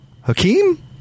Hakeem